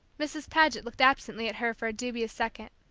mrs. paget looked absently at her for a dubious second.